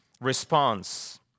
response